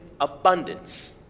abundance